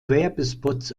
werbespots